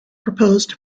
proposed